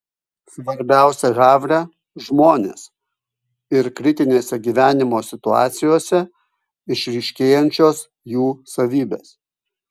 svarbiausia havre žmonės ir kritinėse gyvenimo situacijose išryškėjančios jų savybės